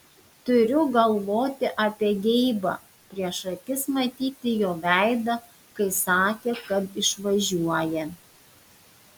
turiu galvoti apie geibą prieš akis matyti jo veidą kai sakė kad išvažiuoja